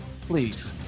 please